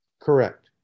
Correct